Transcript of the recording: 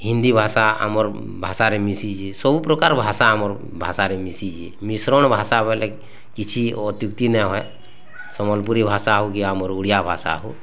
ହିନ୍ଦୀ ଭାଷା ଆମର୍ ଭାଷାରେ ମିଶିଛି ସବୁ ପ୍ରକାର ଭାଷା ଆମର୍ ଭାଷାରେ ମିଶିଛି ମିଶ୍ରଣ ଭାଷା ବୋଲେ କିସି ଅତ୍ୟୁକ୍ତି ନ ହଏ ସମ୍ୱଲପୁରୀ ଭାଷା ହଉ କି ଆମର ଓଡ଼ିଆ ଭାଷା ହଉ